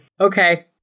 Okay